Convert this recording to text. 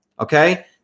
Okay